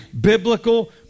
biblical